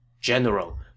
General